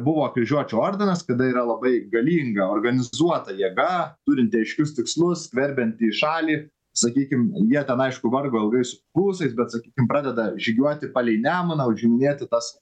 buvo kryžiuočių ordinas kada yra labai galinga organizuota jėga turinti aiškius tikslus skverbianti į šalį sakykim jie ten aišku vargo ilgai su prūsais bet sakykim pradeda žygiuoti palei nemuną užiminėti tas